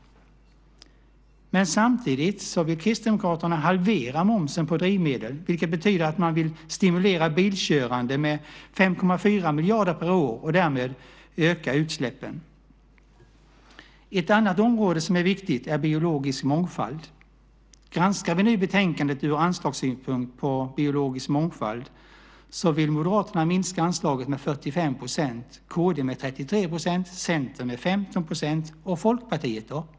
Samtidigt vill Kristdemokraterna dock halvera momsen på drivmedel vilket betyder att man vill stimulera bilkörandet med 5,4 miljarder per år och därmed öka utsläppen. Ett annat område som är viktigt är biologisk mångfald. Granskar vi betänkandet ur anslagssynpunkt på biologisk mångfald finner vi att Moderaterna vill minska anslaget med 45 %, Kristdemokraterna vill minska det med 33 % och Centern med 15 %. Vad vill Folkpartiet?